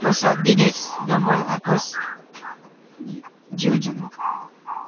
प्रसाद दिनेश डम्बर आकाश अनि जीवनचन्द्र